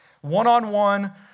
One-on-one